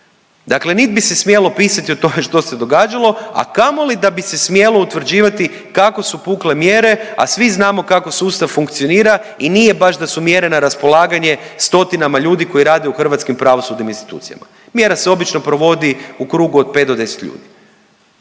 Dakle, nit bi se smjelo pisati o tome što se događalo, a kamoli da bi se smjelo utvrđivati kako su pukle mjere, a svi znamo kako sustav funkcionira i nije baš da su mjere na raspolaganje stotinama ljudi koji rade u hrvatskim pravosudnim institucijama. Mjera se obično provodi u krugu od 5 do 10 ljudi.